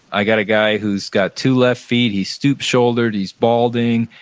i got a guy who's got two left feet. he's stoop-shouldered, he's balding.